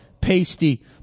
Pasty